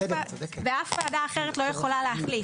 ואף וועדה אחרת לאיכולה להחילף.